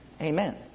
Amen